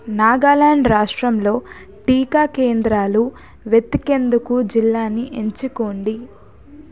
నాగాల్యాండ్ రాష్ట్రంలో టీకా కేంద్రాలు వెతికేందుకు జిల్లాని ఎంచుకోండి